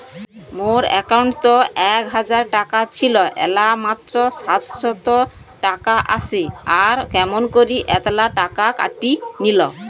মোর একাউন্টত এক হাজার টাকা ছিল এলা মাত্র সাতশত টাকা আসে আর কেমন করি এতলা টাকা কাটি নিল?